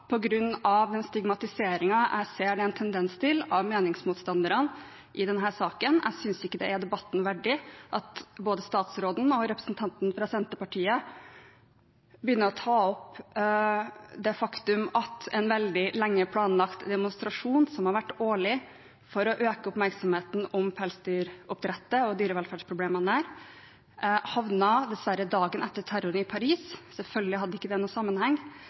den stigmatiseringen jeg ser det er en tendens til av meningsmotstanderne i denne saken. Jeg synes ikke det er debatten verdig at både statsråden og representanten fra Senterpartiet begynner å ta opp det faktum at en veldig lenge planlagt årlig demonstrasjon for å øke oppmerksomheten rundt pelsdyroppdrett og dyrevelferdsproblemene der, dessverre havnet dagen etter terroren i Paris. Selvfølgelig hadde ikke det noen sammenheng.